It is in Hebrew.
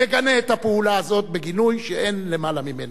מגנה את הפעולה הזו בגינוי שאין למעלה ממנו.